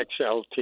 XLT